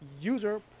user